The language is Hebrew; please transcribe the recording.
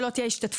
שלא תהיה השתתפות.